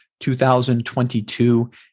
2022